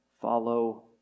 follow